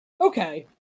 okay